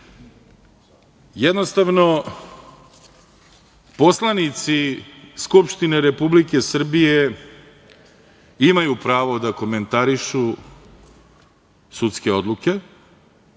brzo. Jednostavno, poslanici Skupštine Republike Srbije imaju pravo da komentarišu sudske odluke.